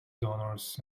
donors